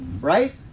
right